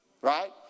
right